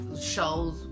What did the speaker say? shows